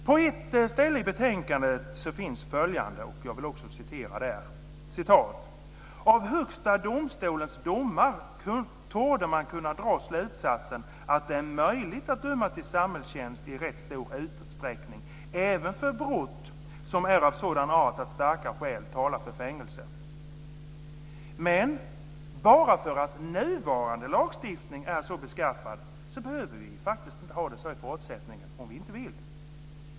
På ett ställe i betänkandet står följande: "Av Högsta domstolens domar torde man kunna dra slutsatsen att det är möjligt att döma till samhällstjänst i rätt stor utsträckning även för brott som är av sådan art att starka skäl talar för fängelse." Men bara därför att nuvarande lagstiftning är så beskaffad så behöver vi faktiskt inte ha det så i fortsättningen om vi inte vill.